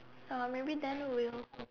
uh maybe then will